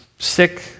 sick